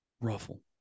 ruffle